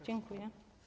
Dziękuję.